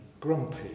grumpy